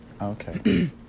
Okay